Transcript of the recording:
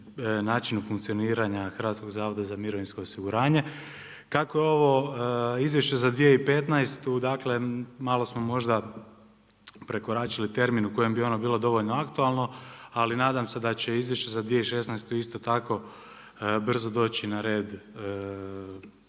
načinu funkcioniranja HZMO-a. Kako je ovo izvješće za 2015. malo smo možda prekoračili termin u kojem bi ono bilo dovoljno aktualno, ali nadam se da će izvješće za 2016. isto tako brzo doći na red